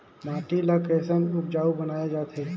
माटी ला कैसन उपजाऊ बनाय जाथे?